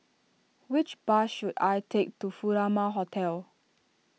which bus should I take to Furama Hotel